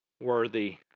worthy